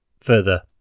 further